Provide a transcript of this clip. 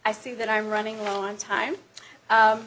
i see that i'm running low on time